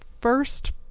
first